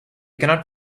cannot